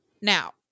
Now